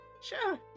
Sure